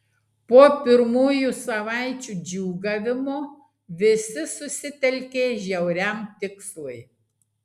po pirmųjų savaičių džiūgavimo visi susitelkė žiauriam tikslui